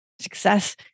Success